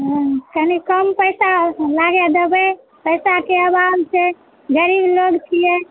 कनी कम पैसा लागय देबै पैसा के अभाव छै गरीब लोग छियै